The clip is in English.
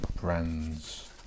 Brands